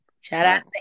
Shout-out